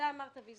אדוני היושב-ראש,